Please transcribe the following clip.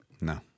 No